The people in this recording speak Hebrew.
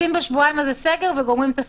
עושים בשבועיים האלה סגר וגומרים את הסיפור.